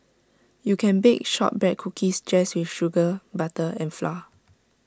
you can bake Shortbread Cookies just with sugar butter and flour